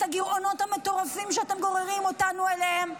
את הגירעונות המטורפים שאתם גוררים אותנו אליהם,